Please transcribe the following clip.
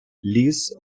ліс